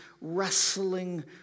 wrestling